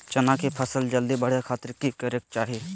चना की फसल जल्दी बड़े खातिर की करे के चाही?